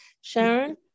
Sharon